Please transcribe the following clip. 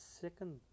second